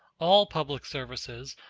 all public services,